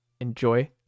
enjoy